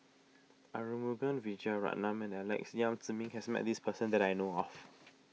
Arumugam Vijiaratnam and Alex Yam Ziming has met this person that I know of